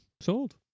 Sold